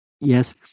Yes